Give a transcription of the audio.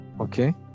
Okay